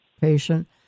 patient